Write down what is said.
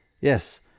Yes